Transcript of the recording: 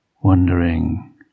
wondering